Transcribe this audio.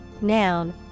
Noun